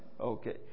Okay